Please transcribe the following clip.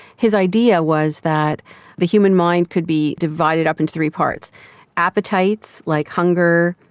his idea was that the human mind could be divided up into three parts appetites like hunger,